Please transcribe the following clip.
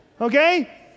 okay